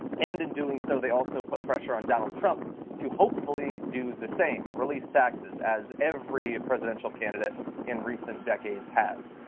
and and so they also put pressure on donald trump to hopefully do the same, release taxes, as every president so candidate in recent decades has.